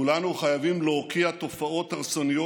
כולנו חייבים להוקיע תופעות הרסניות